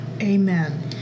Amen